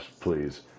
please